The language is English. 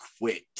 quit